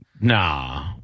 Nah